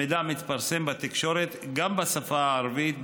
המידע מתפרסם בתקשורת גם בשפה הערבית,